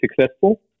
successful